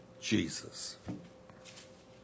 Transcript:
Jesus